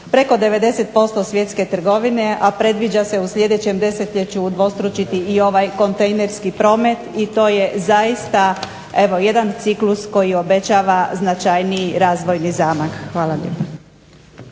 preko 90% svjetske trgovine, a predviđa se u sljedećem desetljeću udvostručiti i ovaj kontejnerski promet i to je zaista evo jedan ciklus koji obećava značajniji razvojni zamah. Hvala lijepo.